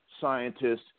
scientists